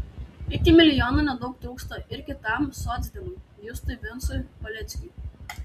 iki milijono nedaug trūksta ir kitam socdemui justui vincui paleckiui